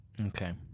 Okay